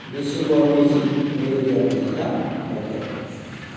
December नैजि नैरोजा नैजिथाम मायथाइ